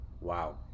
Wow